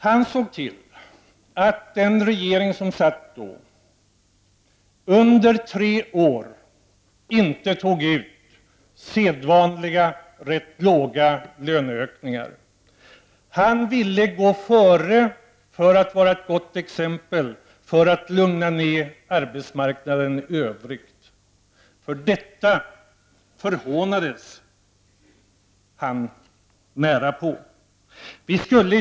Han såg till att den regering som satt under dessa tre år inte tog ut sedvanliga, ganska låga löneökningar. Han ville föregå med gott exempel för att lugna ner arbetsmarknaden i övrigt. På grund av detta blev han nästan förhånad.